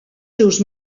seus